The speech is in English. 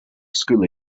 school